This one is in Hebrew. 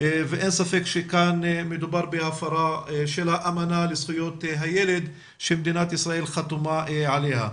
ואין ספק שכאן מדובר בהפרת האמנה לזכויות הילד שמדינת ישראל חתומה עליה.